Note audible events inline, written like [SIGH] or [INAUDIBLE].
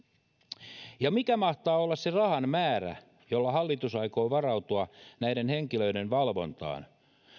[UNINTELLIGIBLE] ja mikä mahtaa olla se rahan määrä jolla hallitus aikoo varautua näiden henkilöiden valvontaan